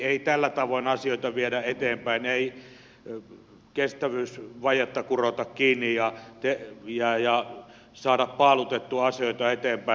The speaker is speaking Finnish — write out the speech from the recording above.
ei tällä tavoin asioita viedä eteenpäin ei kestävyysvajetta kurota kiinni ja saada paalutettua asioita eteenpäin